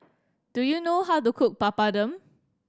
do you know how to cook Papadum